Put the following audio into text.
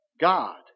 God